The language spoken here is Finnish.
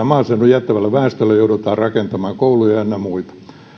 maaseudun jättävälle väestölle joudutaan rakentamaan kouluja ynnä muita